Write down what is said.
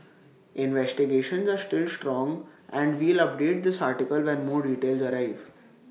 investigations are still ongoing and we'll update this article when more details arrive